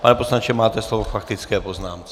Pane poslanče, máte slovo k faktické poznámce.